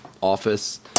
office